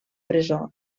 presó